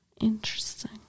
Interesting